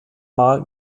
mal